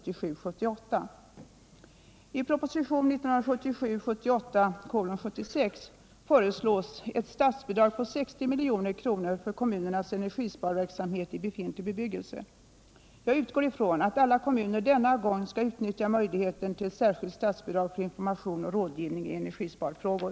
I propositionen 1977/78:76 föreslås ett statsbidrag på 60 milj.kr. för kommunernas energisparverksamhet i befintlig bebyggelse. Jag utgår ifrån att alla kommuner denna gång skall utnyttja möjligheten till särskilt statsbidrag för information och rådgivning i energisparfrågor.